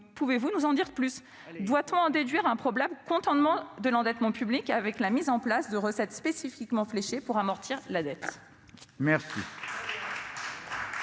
Pouvez-vous nous en dire plus ? Doit-on en déduire un probable cantonnement de l'endettement public, avec la mise en place de recettes spécifiquement destinées à l'amortissement